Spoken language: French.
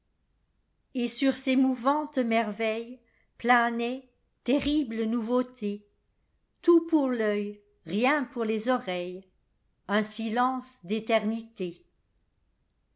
et sur ces mouvantes merveillesplanait terrible nouveauté tout pour l'œil rien pour les oreilles un silence d'éternité